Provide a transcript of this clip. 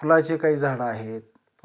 फुलाचे काही झाडं आहेत पुन्हा